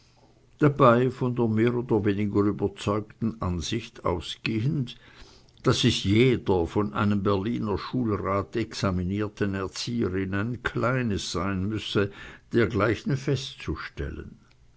dabei von der mehr oder weniger überzeugten ansicht ausgehend daß es jeder von einem berliner schulrat examinierten erzieherin ein kleines sein müsse dergleichen festzustellen